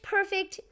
Perfect